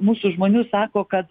mūsų žmonių sako kad